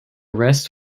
rest